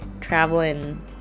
traveling